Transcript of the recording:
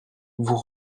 vous